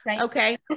Okay